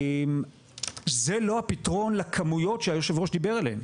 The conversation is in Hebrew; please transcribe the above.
זה לא הפתרון לכמויות שהיושב-ראש דיבר עליהן,